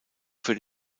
für